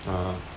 uh